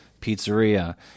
pizzeria